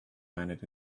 planet